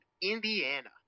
Indiana